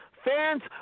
Fans